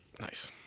Nice